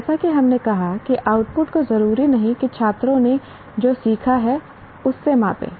जैसा कि हमने कहा कि आउटपुट को जरूरी नहीं कि छात्रों ने जो सीखा है उसे मापें